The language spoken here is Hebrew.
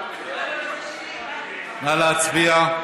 נא להצביע.